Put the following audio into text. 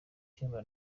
cyumba